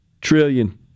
trillion